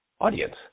audience